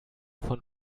von